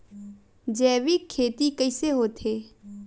जैविक खेती कइसे होथे?